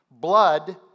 Blood